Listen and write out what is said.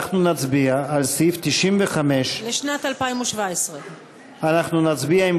אנחנו נצביע על סעיף 95. לשנת 2017. אנחנו נצביע,